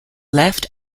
left